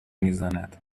میزند